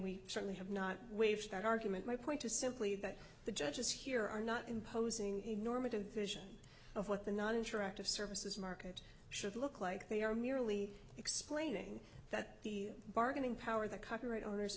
we certainly have not waived that argument my point is simply that the judges here are not imposing a normative vision of what the not interactive services market should look like they are merely explaining that the bargaining power the copyright owners